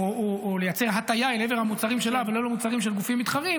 או לייצר הטיה אל עבר המוצרים שלה ולא למוצרים של גופים מתחרים,